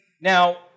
Now